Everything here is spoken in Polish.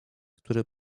który